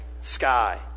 sky